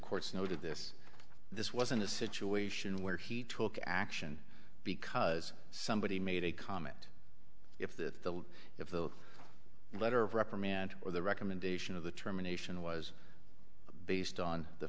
courts noted this this wasn't a situation where he took action because somebody made a comment if that the if the letter of reprimand or the recommendation of the terminations was based on the